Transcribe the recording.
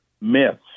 myths